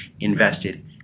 invested